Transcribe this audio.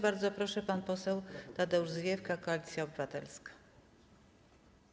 Bardzo proszę, pan poseł Tadeusz Zwiefka, Koalicja Obywatelska.